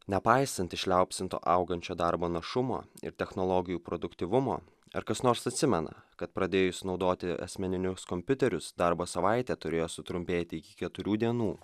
nepaisant išliaupsinto augančio darbo našumo ir technologijų produktyvumo ar kas nors atsimena kad pradėjus naudoti asmeninius kompiuterius darbo savaitė turėjo sutrumpėti iki keturių dienų